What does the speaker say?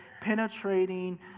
penetrating